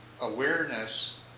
awareness